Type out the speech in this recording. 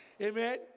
Amen